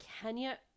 Kenya